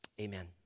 Amen